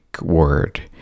word